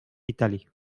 italy